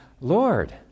Lord